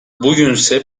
bugünse